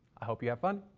i hope you have fun,